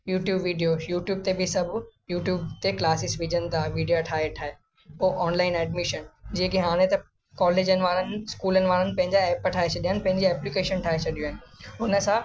YouTube video YouTube ते बि सभु यूट्यूब ते क्लासिस विझनि था वीडिया ठाहे ठाहे पोइ ऑनलाइन एडमिशन जेके हाणे त कॉलेजनि वारनि इस्कूलनि वारनि पंहिंजा ऐप ठाहे छॾिया आहिनि पंहिंजी एप्लीकेशन ठाहे छॾियूं आहिनि हुन सां